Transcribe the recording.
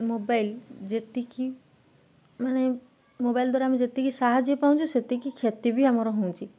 mobile ଯେତିକି ମାନେ mobile ଦ୍ୱାରା ଆମେ ଯେତିକି ସାହାଯ୍ୟ ପାଉଚୁଁ ସେତିକି କ୍ଷତି ବି ଆମର ହଉଁଚି